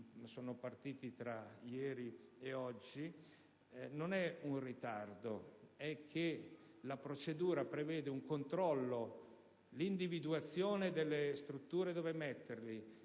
sono partiti tra ieri e oggi. Non c'è un ritardo: è che la procedura prevede l'individuazione delle strutture in cui metterli,